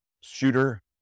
shooter